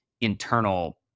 internal